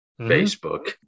Facebook